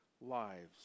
lives